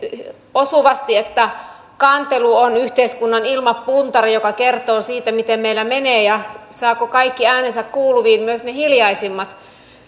osuvasti että kantelu on yhteiskunnan ilmapuntari joka kertoo siitä miten meillä menee ja saavatko kaikki äänensä kuuluviin myös ne hiljaisimmat